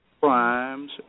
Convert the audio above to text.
crimes